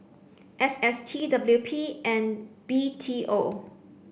S S T W P and B T O